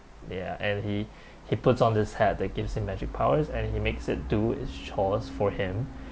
ya and he he puts on this hat that gives him magic powers and he makes it do his chores for him